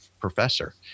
professor